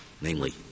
namely